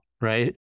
right